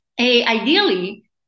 Ideally